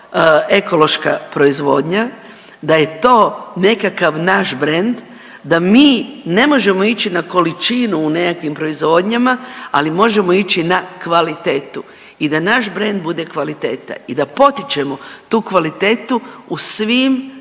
ekološka proizvodnja, da je to nekakav naš brend da mi ne možemo ići na količinu u nekakvim proizvodnjama? Ali možemo ići na kvalitetu i da naš brend bude kvaliteta i da potičemo tu kvalitetu u svim